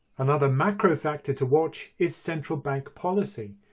another macro factor to watch is central bank policy.